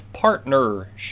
partnership